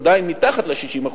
עדיין מתחת ל-60%,